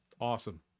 awesome